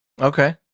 Okay